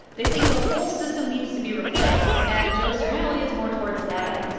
they think the whole system needs to be replaced. and joe cernelli is more towards that end